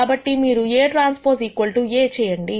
కాబట్టి మీరు AT A చేయండి